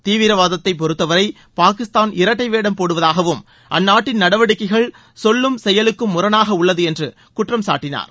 தீவிரவாதத்தை பொறுத்தவரை பாகிஸ்தான் இரட்டை வேடம் போடுவதாகவும் அந்நாட்டின் நடவடிக்கைகள் சொல்லும் செயலுக்கும் முரணாக உள்ளது என்றும் அவர் குற்றம் சாட்டினார்